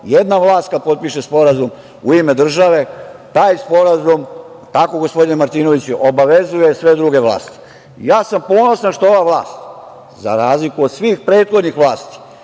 jedna vlast kada potpiše sporazum u ime države, taj sporazum, je li tako, gospodine Martinoviću, obavezuje i sve druge vlasti. Ponosan sam što ova vlast, za razliku od svih prethodnih vlasti,